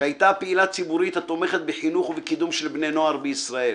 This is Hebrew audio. שהייתה פעילה ציבורית התומכת בחינוך ובקידום של בני נוער בישראל.